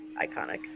iconic